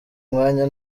umwanya